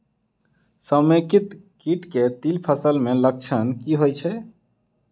समेकित कीट केँ तिल फसल मे लक्षण की होइ छै?